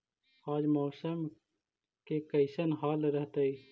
आज मौसम के कैसन हाल रहतइ?